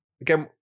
again